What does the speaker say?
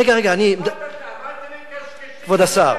רגע, רגע, רגע, אני, מה אתם מקשקשים, כבוד השר,